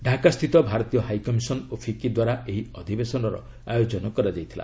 ଢାକାସ୍ଥିତ ଭାରତୀୟ high commission ଓ FICCI ଦ୍ୱାରା ଏହି ଅଧିବେଶନର ଆୟୋଜନ କରାଯାଇଥିଲା